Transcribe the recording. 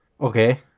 Okay